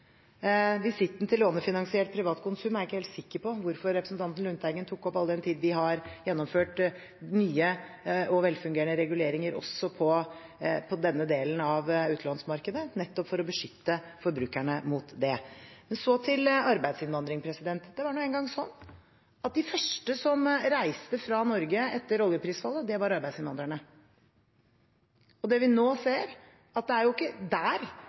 Visitten til lånefinansiert privat konsum er jeg ikke helt sikker på hvorfor representanten Lundteigen kom med, all den tid vi har gjennomført nye og velfungerende reguleringer også på denne delen av utlånsmarkedet, nettopp for å beskytte forbrukerne. Men så til arbeidsinnvandring. Det er nå engang sånn at de første som reiste fra Norge etter oljeprisfallet, var arbeidsinnvandrerne. Det vi nå ser, er at det er ikke der